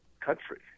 country